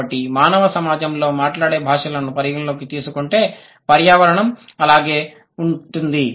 కాబట్టి మానవ సమాజంలో మాట్లాడే భాషలను పరిగణనలోకి తీసుకుంటే పర్యావరణం అలాగే ఉంటుంది